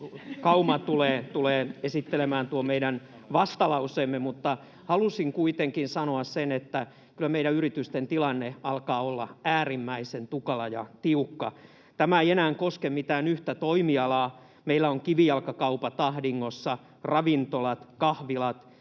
Kauma tulee esittelemään tuon meidän vastalauseemme, mutta halusin kuitenkin sanoa sen, että kyllä meidän yritystemme tilanne alkaa olla äärimmäisen tukala ja tiukka. Tämä ei enää koske mitään yhtä toimialaa. Meillä ovat ahdingossa kivijalkakaupat, ravintolat, kahvilat,